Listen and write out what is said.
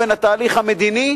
בין התהליך המדיני